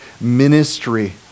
ministry